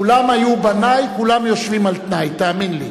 כולם היו בני, כולם יושבים על-תנאי, תאמין לי.